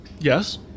Yes